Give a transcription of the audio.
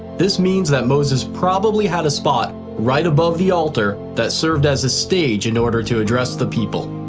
this means that moses probably had a spot right above the altar that served as a stage in order to address the people.